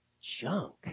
junk